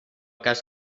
cas